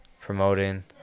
promoting